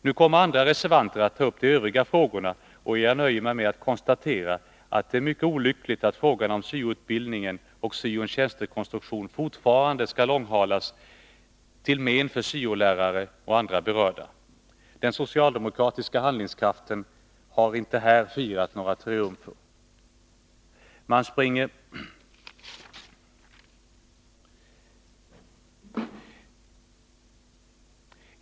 Nu kommer andra reservanter att ta upp de övriga frågorna, och jag nöjer mig med att konstatera att det är mycket olyckligt att frågan om syo-utbildningen och syo-tjänsternas konstruktion fortfarande skall långhalas, till men för syo-lärare och andra berörda. Den socialdemokratiska handlingskraften har inte här firat några triumfer.